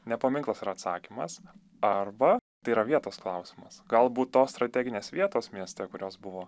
ne paminklas yra atsakymas arba tai yra vietos klausimas galbūt tos strateginės vietos mieste kurios buvo